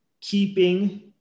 keeping